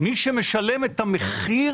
מי שמשלם את המחיר